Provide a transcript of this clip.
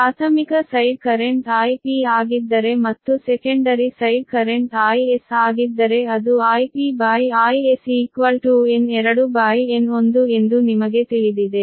ಪ್ರಾಥಮಿಕ side current Ip ಆಗಿದ್ದರೆ ಮತ್ತು ಸೆಕೆಂಡರಿ ಸೈಡ್ ಕರೆಂಟ್ Is ಆಗಿದ್ದರೆ ಅದು IpIs N2N1 ಎಂದು ನಿಮಗೆ ತಿಳಿದಿದೆ